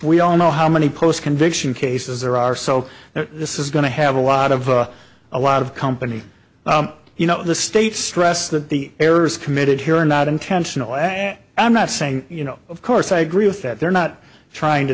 we all know how many post conviction cases there are so this is going to have a lot of a lot of company you know the states stress that the errors committed here are not intentional and i'm not saying you know of course i agree with that they're not trying to